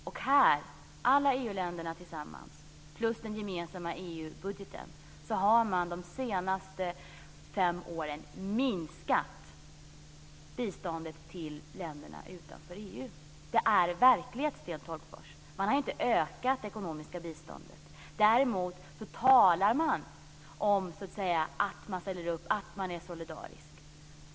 På den här punkten har alla EU-länder tillsammans, med en gemensam EU-budget, de senaste fem åren minskat biståndet till länderna utanför EU. Det är verklighet, Sten Tolgfors. Man har inte ökat det ekonomiska biståndet. Däremot talar man om att man ställer upp, om att man är solidarisk.